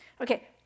Okay